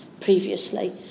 previously